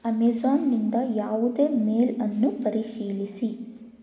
ಅಮೆಜಾನ್ನಿಂದ ಯಾವುದೇ ಮೇಲ್ ಅನ್ನು ಪರಿಶೀಲಿಸಿ